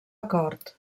acord